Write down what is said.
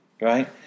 right